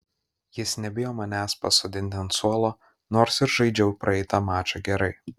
jis nebijo manęs pasodinti ant suolo nors ir žaidžiau praeitą mačą gerai